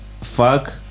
fuck